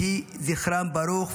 יהי זכרם ברוך.